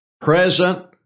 present